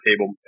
table